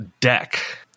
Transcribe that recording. Deck